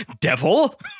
Devil